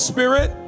Spirit